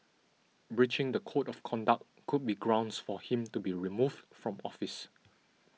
breaching the code of conduct could be grounds for him to be removed from office